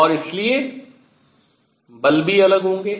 और इसलिए बल भी अलग होंगे